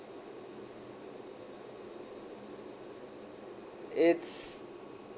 it's